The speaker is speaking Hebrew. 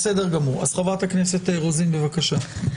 חברת הכנסת רוזין, בבקשה.